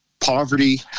poverty